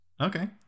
Okay